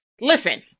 Listen